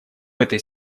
этой